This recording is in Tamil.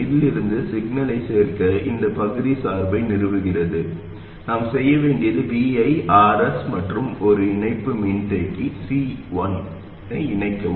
இதிலிருந்து சிக்னலைச் சேர்க்க இந்த பகுதி சார்பை நிறுவுகிறது நாம் செய்ய வேண்டியது Vi Rs மற்றும் ஒரு இணைப்பு மின்தேக்கி C1 ஐ இணைக்கவும்